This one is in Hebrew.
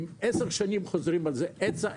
הם 10 שנים חוזרים על זה - היצע,